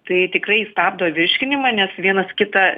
tai tikrai stabdo virškinimą nes vienas kitą